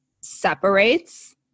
separates